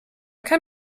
kann